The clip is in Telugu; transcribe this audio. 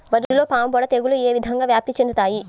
వరిలో పాముపొడ తెగులు ఏ విధంగా వ్యాప్తి చెందుతాయి?